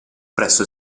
presso